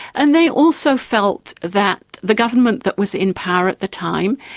and they also felt that the government that was in power at the time,